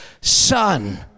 son